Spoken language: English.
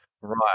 right